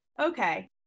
okay